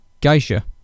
Geisha